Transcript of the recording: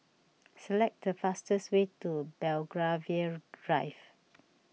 select the fastest way to Belgravia Drive